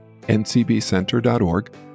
ncbcenter.org